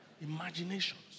Imaginations